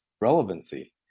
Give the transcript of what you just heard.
relevancy